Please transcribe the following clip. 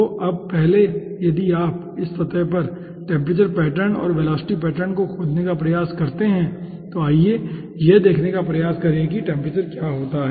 तो अब पहले यदि आप इस सतह पर टेम्परेचर पैटर्न और वेलोसिटी पैटर्न को खोजने का प्रयास करते हैं तो आइए यह देखने का प्रयास करें कि टेम्परेचर का क्या होता है